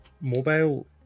mobile